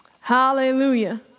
Hallelujah